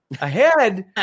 ahead